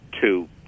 two